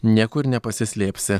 niekur nepasislėpsi